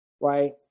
Right